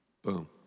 Boom